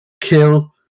kill